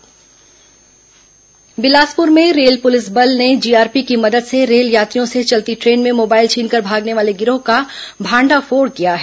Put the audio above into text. बिलासपुर गिरोह बिलासपुर में रेल पुलिस बल ने जीआरपी की मदद से रेल यात्रियों से चलती ट्रेन में मोबाइल छीनकर भागने वाले गिरोह का भांडाफोड किया है